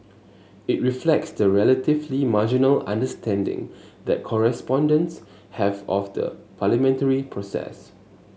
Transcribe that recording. it reflects the relatively marginal understanding that correspondents have of the parliamentary process